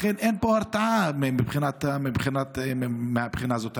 לכן, אין פה הרתעה מהבחינה הזאת.